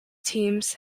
teams